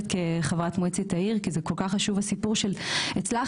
כחברת מועצת העיר כי הסיפור של הצלחת,